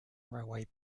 railway